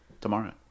tomorrow